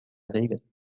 regeln